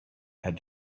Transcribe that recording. had